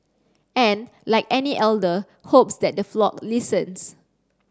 and like any elder hopes that the flock listens